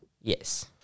yes